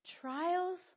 Trials